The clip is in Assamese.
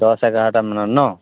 দহ এঘাৰটামানত ন